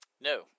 No